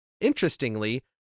Interestingly